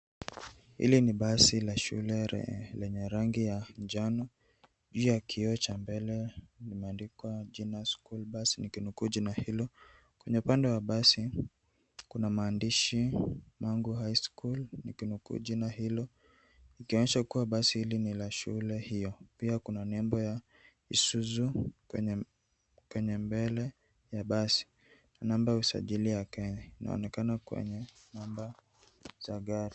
Hili ni basi ya shule lenye rangi ya njano. Juu ya kioo mbele kumeandikwa jina school bus ukinukuu jina hilo. Kando ya basi kuna maandishi mambo high school ukinukuu jina hilo ukionyesha kuwa basi hili ni la shule hiyo na kuna nembo ya isuzu kwenye mbele ya basi. Namba ya usajili ya kenya inaonekana kwenye namba za gari.